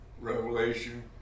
Revelation